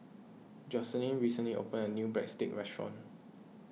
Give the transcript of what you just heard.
Joycelyn recently opened a new Breadsticks restaurant